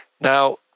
now